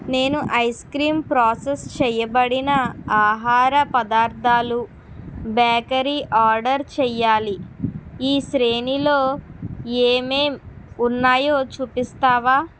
నేను ice cream process చేయబడిన ఆహార పదార్ధాలు బేకరీ ఆర్డర్ చేయాలి ఈ శ్రేణిలో ఏమేం ఉన్నాయో చూపిస్తావా